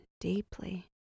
deeply